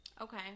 Okay